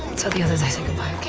tell the others i said goodbye, okay?